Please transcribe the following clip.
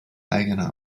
eigener